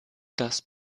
das